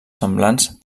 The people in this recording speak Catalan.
semblants